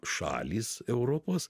šalys europos